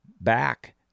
back